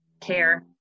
care